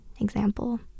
example